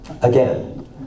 again